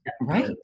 Right